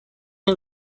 این